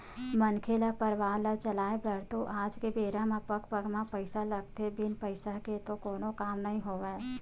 मनखे ल परवार ल चलाय बर तो आज के बेरा म पग पग म पइसा लगथे बिन पइसा के तो कोनो काम नइ होवय